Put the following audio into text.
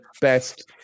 best